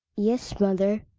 yes, mother.